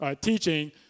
teaching